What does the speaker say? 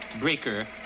breaker